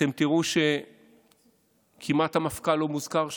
אתם תראו שהמפכ"ל כמעט לא מוזכר שם.